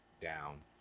down